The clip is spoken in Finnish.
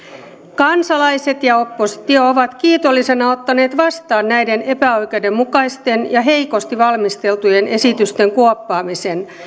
kansalaiset ja oppositio ovat kiitollisena ottaneet vastaan näiden epäoikeudenmukaisten ja heikosti valmisteltujen esitysten kuoppaamisen